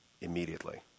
immediately